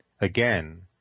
again